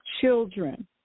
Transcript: children